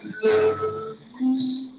love